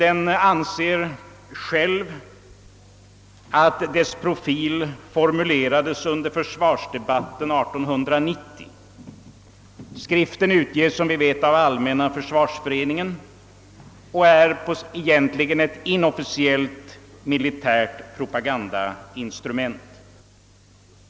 Enligt vad tidskriften själv anser skapades dess profil under »försvarsdebatterna år 1890». Tidskriften utges som bekant av Allmänna försvarsföreningen och är egentligen ett inofficiellt militärt propagandainstrument.